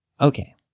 Okay